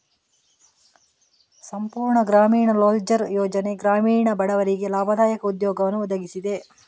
ಸಂಪೂರ್ಣ ಗ್ರಾಮೀಣ ರೋಜ್ಗಾರ್ ಯೋಜನೆ ಗ್ರಾಮೀಣ ಬಡವರಿಗೆ ಲಾಭದಾಯಕ ಉದ್ಯೋಗವನ್ನು ಒದಗಿಸಿದೆ